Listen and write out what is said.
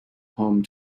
home